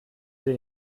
sie